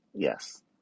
Yes